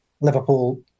Liverpool